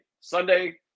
Sunday